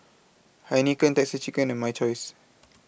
Heinekein Texas Chicken and My Choice